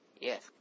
Yes